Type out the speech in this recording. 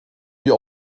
wie